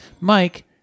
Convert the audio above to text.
Mike